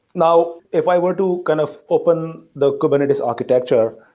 now, if i were to kind of open the kubernetes architecture,